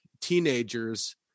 teenagers